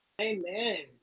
amen